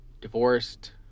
divorced